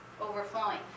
overflowing